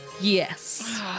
Yes